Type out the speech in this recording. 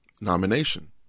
nomination